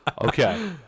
Okay